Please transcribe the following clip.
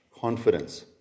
confidence